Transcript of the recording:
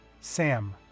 Sam